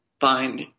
find